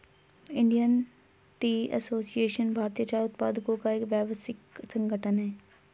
Indian tea association भारतीय चाय उत्पादकों का एक व्यावसायिक संगठन है